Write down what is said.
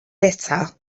bitter